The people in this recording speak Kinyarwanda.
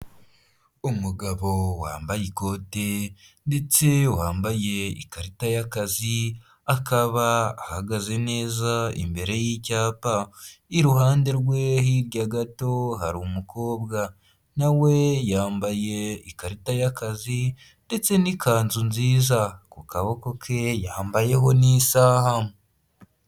Umugabo wambaye ikote ndetse wambaye ikarita y'akazi akaba ahagaze neza imbere y'icyapa, iruhande rwe hirya gato hari umukobwa nawe yambaye ikarita y'akazi ndetse n'ikanzu nziza ku kaboko ke yambayeho n'isaha.